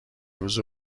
روز